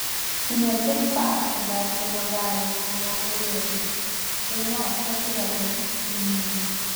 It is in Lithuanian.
ne tik pacai dar prie jogailos buvo urėdai ir mes sapiegos kilmingi